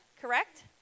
correct